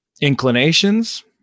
inclinations